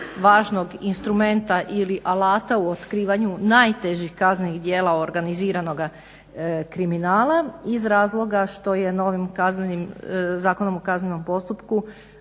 važnog instrumenta ili alata u otkrivanju najtežih kaznenih djela organiziranoga kriminala iz razloga što je novim Zakonom o kaznenom postupku